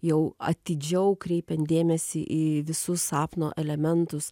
jau atidžiau kreipiant dėmesį į visus sapno elementus